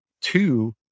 two